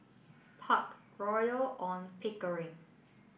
Park Royal on Pickering